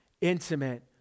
intimate